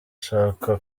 shaka